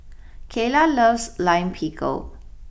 Cayla loves Lime Pickle